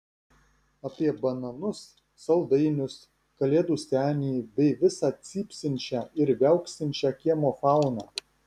apie bananus saldainius kalėdų senį bei visą cypsinčią ar viauksinčią kiemo fauną